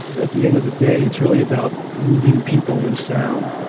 at the end of the day it's really about moving people with sound